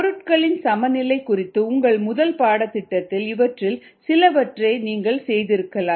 பொருட்களின் சமநிலை குறித்த உங்கள் முதல் பாடத்திட்டத்தில் இவற்றில் சிலவற்றை நீங்கள் செய்திருக்கலாம்